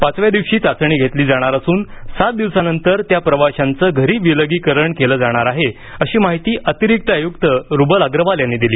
पाचव्या दिवशी चाचणी घेतली जाणार असून सात दिवसानंतर त्या प्रवाशांच घरी विलगीकरण केलं जाणार आहे अशी माहिती अतिरिक्त आयुक्त रुबल अग्रवाल यांनी दिली